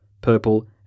purple